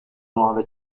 nuove